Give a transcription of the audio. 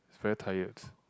it's very tired